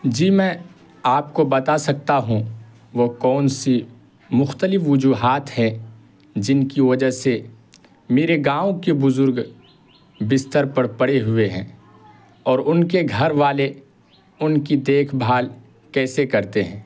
جی میں آپ کو بتا سکتا ہوں وہ کون سی مختلف وجوہات ہے جن کی وجہ سے میرے گاؤں کے بزرگ بستر پر پڑے ہوئے ہیں اور ان کے گھر والے ان کی دیکھ بھال کیسے کرتے ہیں